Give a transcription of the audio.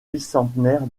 bicentenaire